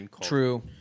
True